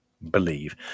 believe